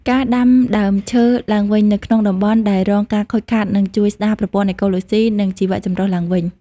ការដាំដើមឈើឡើងវិញនៅក្នុងតំបន់ដែលរងការខូចខាតនឹងជួយស្តារប្រព័ន្ធអេកូឡូស៊ី និងជីវចម្រុះឡើងវិញ។